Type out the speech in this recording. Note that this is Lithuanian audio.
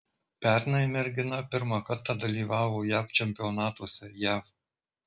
pernai mergina pirmą kartą dalyvavo jav čempionatuose jav